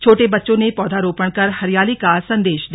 छोटे बच्चों ने पौधरोपण कर हरियाली का संदेश दिया